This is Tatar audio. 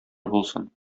булсын